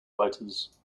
writers